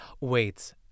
Wait